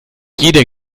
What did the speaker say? jeder